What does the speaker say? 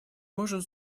можем